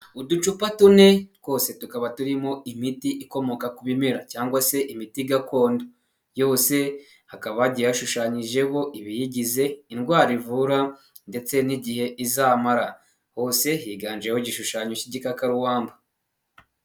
Uducupa tune twose tukaba turimo imiti ikomoka ku bimera cyangwa se imiti gakondo yose hakaba yashushanyijeho ibiyigize indwara ivura ndetse n'igihe izamara. Hose higanjeho igishushanyo cy'igikakarubamba.